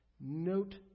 Note